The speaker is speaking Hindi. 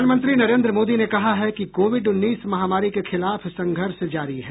प्रधानमंत्री नरेंद्र मोदी ने कहा है कि कोविड उन्नीस महामारी के खिलाफ संघर्ष जारी है